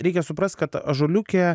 reikia suprast kad ąžuoliuke